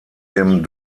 dem